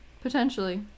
Potentially